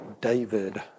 David